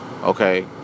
Okay